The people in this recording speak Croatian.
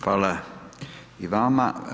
Hvala i vama.